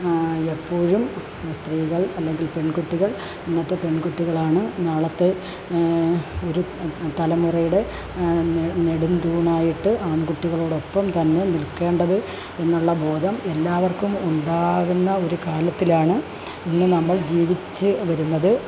എപ്പോഴും സ്ത്രീകൾ അല്ലെങ്കിൽ പെൺകുട്ടികൾ ഇന്നത്തെ പെൺകുട്ടികളാണ് നാളത്തെ ഒരു തലമുറയുടെ നെ നെടുംതൂണായിട്ട് ആൺ കുട്ടികളോടൊപ്പം തന്നെ നിൽക്കേണ്ടത് എന്നുള്ള ബോധം എല്ലാവർക്കും ഉണ്ടാകുന്ന ഒരു കാലത്തിലാണ് ഇന്ന് നമ്മൾ ജീവിച്ചുവരുന്നത്